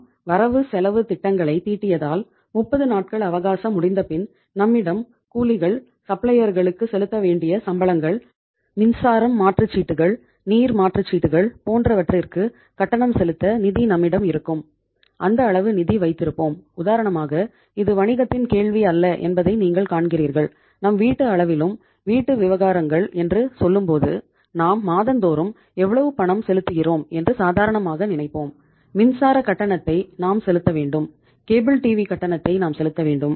நாம் வரவு செலவு திட்டங்களை தீட்டியதால் 30 நாட்கள் அவகாசம் முடிந்தபின் நம்மிடம் கூலிகள் சப்ளையர்களுக்கு கட்டணத்தை நாம் செலுத்த வேண்டும்